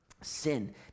sin